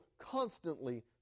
constantly